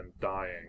dying